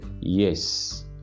Yes